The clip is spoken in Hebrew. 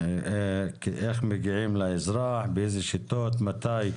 איך מגיעים לאזרח, באילו שיטות, מתי,